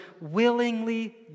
willingly